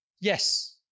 Yes